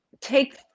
take